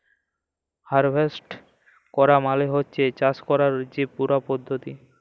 harvest ক্যরা মালে হছে চাষ ক্যরার যে পুরা পদ্ধতি